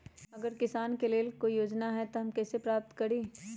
अगर किसान के लेल कोई योजना है त हम कईसे प्राप्त करी?